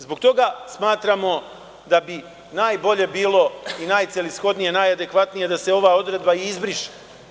Zbog toga smatramo da bi najbolje bilo i najcelishodnije i najadekvatnije da se ova odredba izbriše.